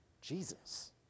Jesus